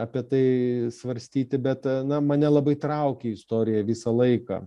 apie tai svarstyti bet na mane labai traukė istorija visą laiką